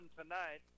tonight